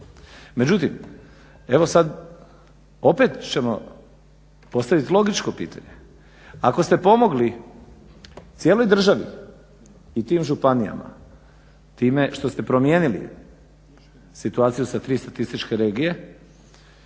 Međutim opet ćemo postaviti logičko pitanje. Ako ste pomogli cijeloj državi i tim županijama time što ste promijenili situaciju sa 3 statističke regije